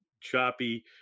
choppy